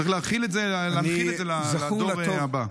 צריך להנחיל את זה לדור הבא.